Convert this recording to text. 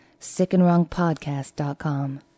sickandwrongpodcast.com